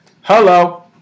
Hello